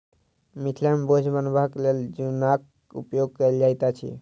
मिथिला मे बोझ बन्हबाक लेल जुन्नाक उपयोग कयल जाइत अछि